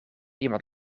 iemand